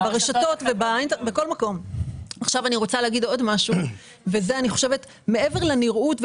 אני רוצה לומר עוד משהו והוא שמעבר לנראות,